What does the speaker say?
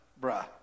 Bruh